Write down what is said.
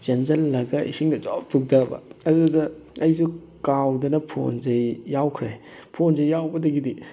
ꯆꯦꯟꯁꯤꯜꯂꯒ ꯏꯁꯤꯡꯗ ꯖꯣꯕ ꯆꯣꯡꯊꯕ ꯑꯗꯨꯗ ꯑꯩꯁꯨ ꯀꯥꯎꯗꯅ ꯐꯣꯟꯁꯦ ꯌꯥꯎꯈ꯭ꯔꯦ ꯐꯣꯟꯁꯦ ꯌꯥꯎꯕꯗꯒꯤꯗꯤ